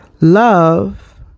Love